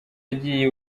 agiye